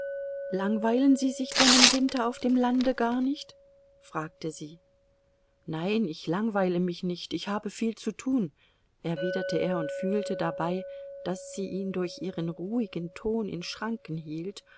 langweilen sie sich denn im winter auf dem lande gar nicht fragte sie nein ich langweile mich nicht ich habe viel zu tun erwiderte er und fühlte dabei daß sie ihn durch ihren ruhigen ton in schranken hielt